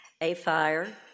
AFIRE